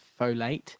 folate